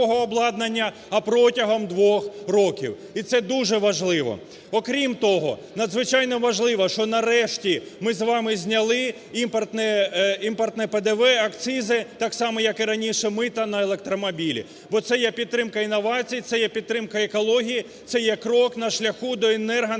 а протягом двох років. І це дуже важливо. Окрім того, надзвичайно важливо, що нарешті ми з вами зняли імпортне ПДВ, акцизи, так само, як і раніше, мито на електромобілі. Бо це є підтримка інновацій, це є підтримка екології, це є крок на шляху до енергонезалежності